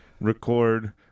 record